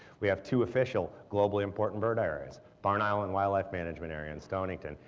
we have two official globally important bird areas barn island wildlife management area in stonington,